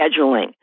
scheduling